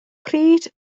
pryd